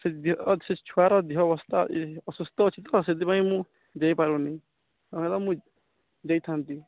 ସେ ଦେହ ଅଛି ସେ ଛୁଆର୍ ଦେହ ଅବସ୍ଥା ଅସୁସ୍ଥ ଅଛି ତ ସେଥିପାଇଁ ମୁଁ ଯାଇପାରୁନି ନହେଲା ମୁଇଁ ଯାଇଥାନ୍ତି